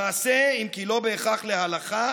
למעשה, אם כי לא בהכרח להלכה,